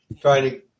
trying